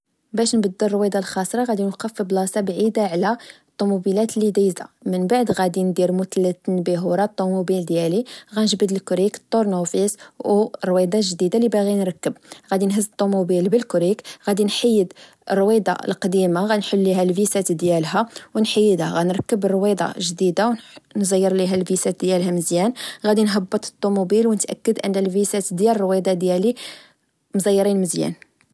باش نبدل رويضة الخاسرة، غدي نوقف في بلاصة بعيدة على طموبيلات لدايزة، من بعد غدي ندير متلت التنبيه ورا طموبيل ديالي، غنجبد الكريك، طورنوفيس، أو الرويضة الجديدة لباغي نركب، غدي نهز الطموبيل بالكريك، غدي نحيد الرويضة القديمة، غنحل ليها ڤيسات ديالها ونحيدها، غنركب الرويضة جديدة نزير ليها الڤيسات ديالها مزيان، غدي نهبط الطموبيل ونتأكد أن الڤيسات ديال الرويضة ديالي مزيرين مزيان